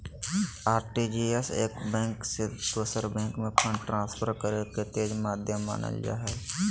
RTGS एक bank से दोसर बैंक में फंड ट्रांसफर करे के तेज माध्यम मानल जा हय